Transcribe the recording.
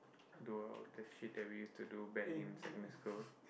do all the shit that we used to do back in secondary school